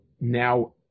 Now